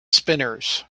spinners